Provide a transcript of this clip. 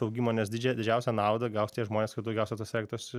augimo nes didžiąją didžiausią naudą gaus tie žmonės kur daugiausia tos elektros